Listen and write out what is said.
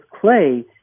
clay